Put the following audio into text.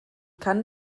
kann